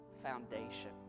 foundation